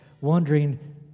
wondering